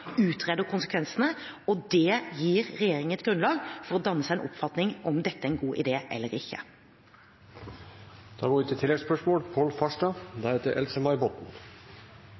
utreder konsekvensene. Det gir regjeringen et grunnlag for å danne seg en oppfatning av om dette er en god idé eller ikke. Det blir oppfølgingsspørsmål – først Pål Farstad.